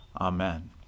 Amen